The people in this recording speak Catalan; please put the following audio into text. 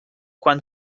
quan